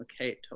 okay